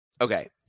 okay